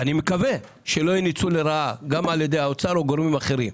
אני מקווה שלא יהיה ניצול לרעה גם על ידי האוצר או גורמים אחרים.